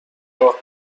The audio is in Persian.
راه